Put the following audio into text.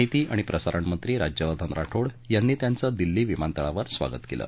माहिती आणि प्रसारणमंत्री राज्यवर्धन राठोड यांनी त्यांचं दिल्ली विमानतळावर स्वागत केलं